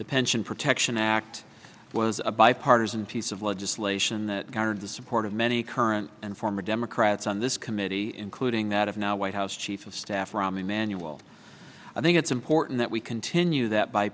the pension protection act was a bipartisan piece of legislation that garnered the support of many current and former democrats on this committee including that of now white house chief of staff rahm emanuel i think it's important that we continue that b